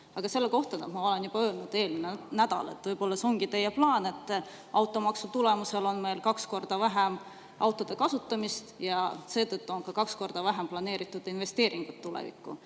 Aga selle kohta ma ütlesin juba eelmisel nädalal, et võib-olla see ongi teie plaan, et automaksu tulemusel oleks meil kaks korda vähem autode kasutamist ja seetõttu ka kaks korda vähem planeeritud investeeringuid tulevikku.